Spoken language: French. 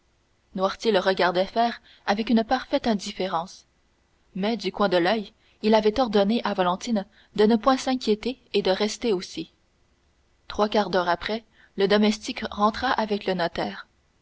noirtier le regardait faire avec une parfaite indifférence mais du coin de l'oeil il avait ordonné à valentine de ne point s'inquiéter et de rester aussi trois quarts d'heure après le domestique rentra avec le notaire